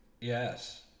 Yes